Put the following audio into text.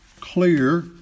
clear